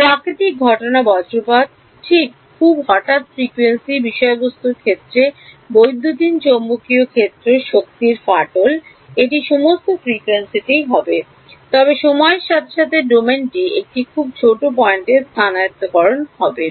প্রাকৃতিক ঘটনা বজ্রপাত ঠিক খুব হঠাৎ ফ্রিকোয়েন্সি বিষয়বস্তুর ক্ষেত্রে বৈদ্যুতিন চৌম্বকীয় শক্তির ফাটল এটি সমস্ত ফ্রিকোয়েন্সি হবে তবে সময়ের সাথে সাথে ডোমেনটি একটি খুব ছোট পয়েন্টকে স্থানীয়করণ করা হবে